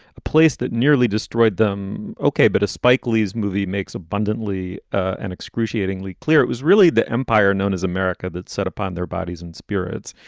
a place that nearly destroyed them. okay. but as spike lee's movie makes abundantly an excruciatingly clear, it was really the empire known as america that set upon their bodies and spirits,